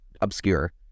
obscure